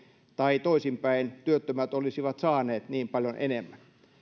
tai toisinpäin työttömät olisivat saaneet niin paljon enemmän